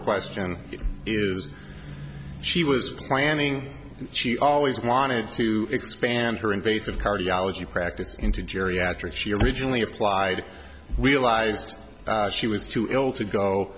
question is she was planning she always wanted to expand her invasive cardiology practice into geriatric she originally applied realized she was too ill to go